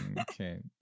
Okay